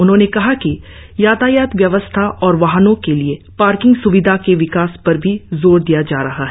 उन्होंने कहा कि यातायात व्यवस्था और वाहनो के लिए पार्किंग स्विधा के विकास पर भी जोर दिया जा रहा है